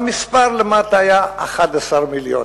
והמספר למטה היה 11 מיליון.